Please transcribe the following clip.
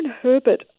Herbert